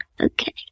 Okay